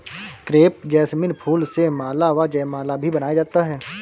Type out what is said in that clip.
crepe jasmine फूल से माला व जयमाला भी बनाया जाता है